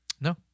No